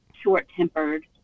short-tempered